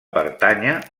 pertànyer